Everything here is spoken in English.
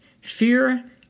Fear